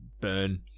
burn